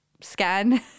scan